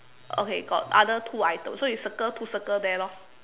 okay got other two items so you circle two circle there lor